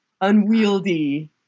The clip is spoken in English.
unwieldy